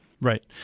Right